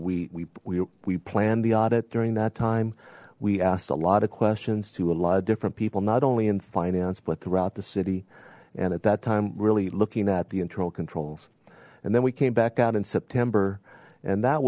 know we we we planned the audit during that time we asked a lot of questions to a lot of different people not only in finance but throughout the city and at that time really looking at the internal controls and then we came back out in september and that